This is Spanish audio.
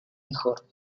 mejor